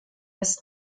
ist